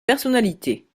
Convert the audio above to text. personnalités